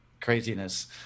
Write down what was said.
craziness